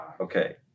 Okay